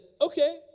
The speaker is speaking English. okay